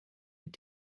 mit